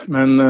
Men